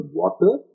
water